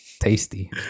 tasty